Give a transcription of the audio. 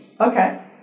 Okay